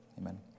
Amen